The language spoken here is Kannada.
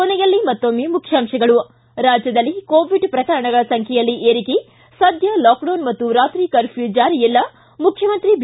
ಕೊನೆಯಲ್ಲಿ ಮತ್ತೊಮ್ಮೆ ಮುಖ್ಯಾಂಶಗಳು ಿಗಿ ರಾಜ್ಯದಲ್ಲಿ ಕೋವಿಡ್ ಪ್ರಕರಣಗಳ ಸಂಖ್ಯೆಯಲ್ಲಿ ಏರಿಕೆ ಸದ್ಯ ಲಾಕ್ಡೌನ್ ಮತ್ತು ರಾತ್ರಿ ಕರ್ಪ್ಯೂ ಜಾರಿ ಇಲ್ಲಿ ಮುಖ್ಣಮಂತ್ರಿ ಬಿ